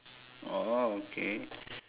orh okay